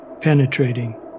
penetrating